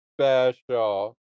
special